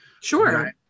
sure